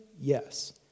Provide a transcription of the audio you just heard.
Yes